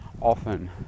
often